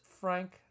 Frank